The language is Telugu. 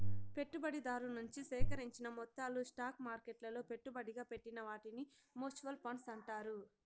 పెట్టుబడిదారు నుంచి సేకరించిన మొత్తాలు స్టాక్ మార్కెట్లలో పెట్టుబడిగా పెట్టిన వాటిని మూచువాల్ ఫండ్స్ అంటారు